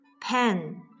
Pen